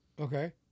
Okay